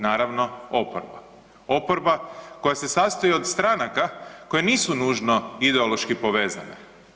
Naravno oporba, oporba koja se sastoji od stranaka koje nisu nužno ideološki povezane.